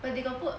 but they got put